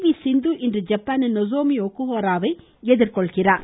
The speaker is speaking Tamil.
வி சிந்து இன்று ஜப்பானின் நொசோமி ஒக்குஹாரா வை எதிர்கொள்கிறார்